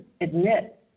admit